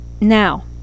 Now